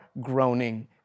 groaning